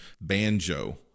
banjo